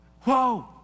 Whoa